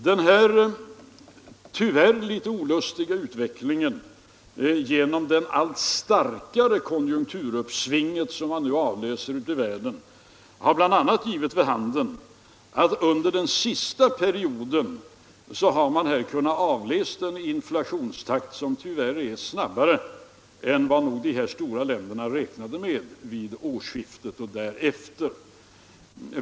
Den här tyvärr litet olustiga prisutvecklingen — genom det allt starkare konjunkturuppsvinget som kan avläsas ute i världen — har bl.a. givit vid handen att man under den senaste perioden kunnat avläsa en inflationstakt som är snabbare än vad de stora länderna räknade med vid årsskiftet och därefter.